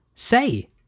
Say